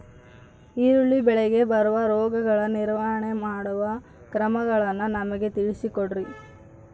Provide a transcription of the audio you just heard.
ಈರುಳ್ಳಿ ಬೆಳೆಗೆ ಬರುವ ರೋಗಗಳ ನಿರ್ವಹಣೆ ಮಾಡುವ ಕ್ರಮಗಳನ್ನು ನಮಗೆ ತಿಳಿಸಿ ಕೊಡ್ರಿ?